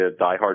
diehard